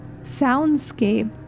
soundscape